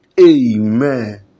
Amen